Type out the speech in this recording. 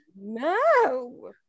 No